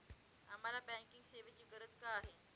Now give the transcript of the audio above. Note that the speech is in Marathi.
आम्हाला बँकिंग सेवेची गरज का आहे?